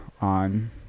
on